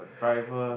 rival